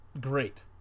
great